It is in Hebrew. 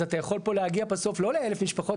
אז אתה יכול פה להגיע לא ל-1,000 למשפחות,